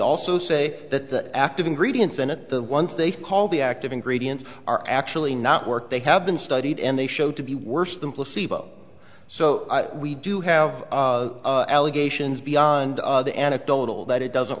also say that the active ingredients in it the ones they call the active ingredients are actually not work they have been studied and they show to be worse than placebo so we do have a geisha is beyond the anecdotal that it doesn't